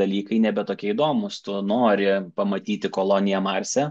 dalykai nebe tokie įdomūs tu nori pamatyti koloniją marse